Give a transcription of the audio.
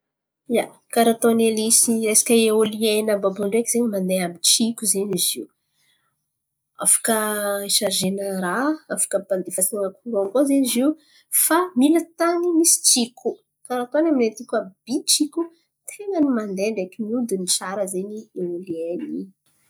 Ia, karà ataony elisy resaka eôlieny àby àby io ndreky zen̈y mandeha amy tsiko zen̈y izy io. Afaka isarizena raha afaka ampandefasan̈a koràn koa zen̈y izy io fa mila tany misy tsiko. Karà ataony aminay aty koa by tsiko ten̈a ny mandeha ndreky mihodin̈y tsara zen̈y eôlieny io.